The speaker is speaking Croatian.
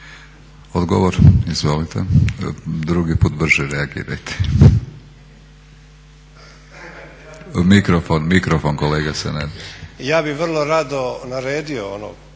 Odgovor izvolite. Drugi put brže reagirajte. Mikrofon, mikrofon kolega Sanader. **Sanader, Ante